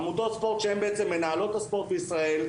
עמותות ספורט שהן בעצם מנהלות את הספורט בישראל,